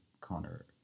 Connor